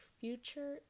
future